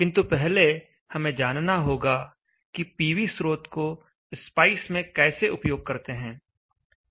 किंतु पहले हमें जानना होगा कि पीवी स्रोत को स्पाइस में कैसे उपयोग करते हैं